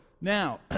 Now